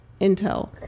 intel